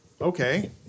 okay